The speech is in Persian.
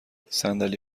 صندلی